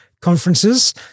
conferences